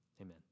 Amen